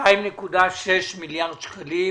2.6 מיליארד שקלים